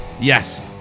Yes